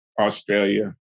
Australia